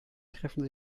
treffen